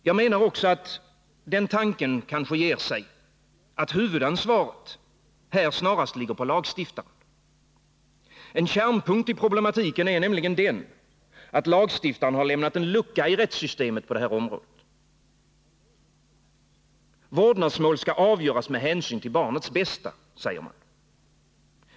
Jag menar också att den tanken kanske ger sig, att huvudansvaret här snarast ligger på lagstiftaren. En kärnpunkt i problematiken är nämligen att lagstiftaren lämnat en lucka i rättssystemet på det här området. Vårdnadsmål skall avgöras med hänsyn till barnets bästa, säger man.